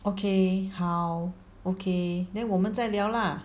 okay 好 okay then 我们再聊了